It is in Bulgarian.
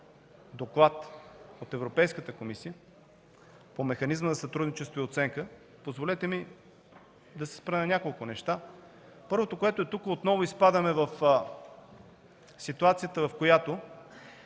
доклад от Европейската комисия по Механизма за сътрудничество и оценка, позволете ми да се спра на няколко неща, първото от които е, че тук отново изпадаме в ситуацията, в която